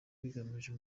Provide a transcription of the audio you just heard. bigamije